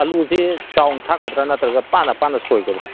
ꯑꯜꯂꯨꯁꯦ ꯆꯥꯎꯅ ꯊꯥꯛꯀꯗ꯭ꯔꯥ ꯅꯠꯇ꯭ꯔꯒ ꯄꯥꯅ ꯄꯥꯅ ꯁꯣꯏꯒꯗ꯭ꯔꯥ